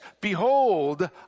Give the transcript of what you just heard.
behold